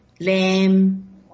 lamb